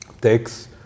takes